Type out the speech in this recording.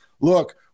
look